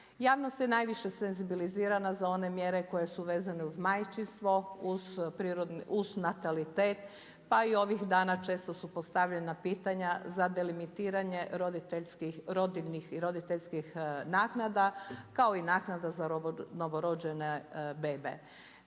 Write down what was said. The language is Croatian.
Javnost je najviše senzibilizirana za one mjere koje su vezane uz majčinstvo, uz natalitet pa i ovih dana često su postavljana pitanja za delimitiranje rodiljnih i roditeljskih naknada, kao i naknada za novorođene bebe.